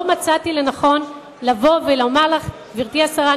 לא מצאתי לנכון לבוא ולומר לך: גברתי השרה,